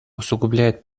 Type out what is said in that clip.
усугубляет